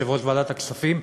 יושב-ראש ועדת הכספים,